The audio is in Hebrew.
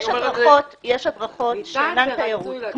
יש הדרכות שאינן תיירות,